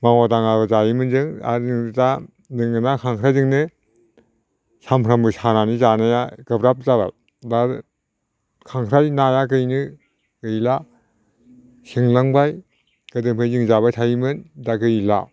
मावा दाङा जायोमोन जों आरो जोङो ना खांख्रायजोंनो सानफ्रोमबो सानानै जानाया गोब्राब जाबाय दा खांख्राय नायानो गैला सेंलांबाय गोदोनिबा जों जाबाय थायोमोन दा गैला